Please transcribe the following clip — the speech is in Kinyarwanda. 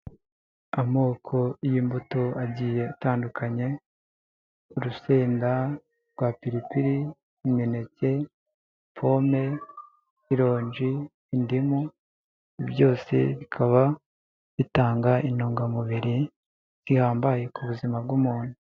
Amoko y'imbuto agiye atandukanya urusenda rwa piripiri, imineke, pome, irongi indimu byose bikaba bitanga intungamubiri zihambaye ku buzima bw'umuntu.